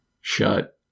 shut